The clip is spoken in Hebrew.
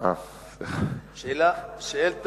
אה, סליחה.